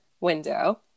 window